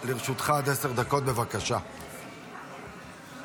הצעת חוק הקמת מחלקה לגיבוש תפיסת מודיעין חלופית ("איפכא מסתברא")